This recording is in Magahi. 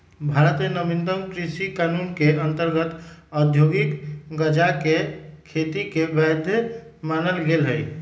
भारत में नवीनतम कृषि कानून के अंतर्गत औद्योगिक गजाके खेती के वैध मानल गेलइ ह